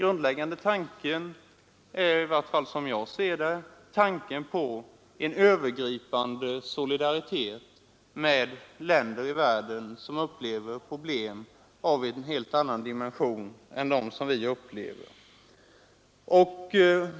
Grundläggande härvidlag är — i varje fall som jag ser saken — tanken på en övergripande solidaritet med de länder i världen som upplever problem av en helt annan dimension än dem som vi upplever.